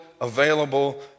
available